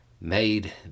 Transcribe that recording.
made